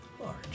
large